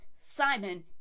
Simon